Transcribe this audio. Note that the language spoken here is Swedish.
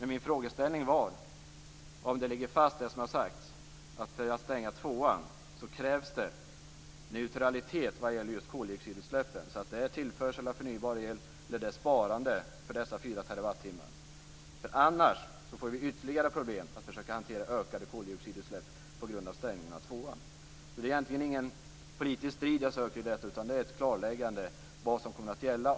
Men min frågeställning var: Ligger det som har sagts fast, alltså att det för att stänga tvåan krävs neutralitet vad gäller just koldioxidutsläppen? Det är alltså tillförsel av förnybar el eller sparande som gäller för dessa fyra terawattimmar? Annars får vi ytterligare problem med att försöka hantera ökade koldioxidutsläpp på grund av stängningen av tvåan. Det är egentligen ingen politisk strid jag söker i detta utan ett klarläggande. Vad kommer att gälla?